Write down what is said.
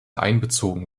einbezogen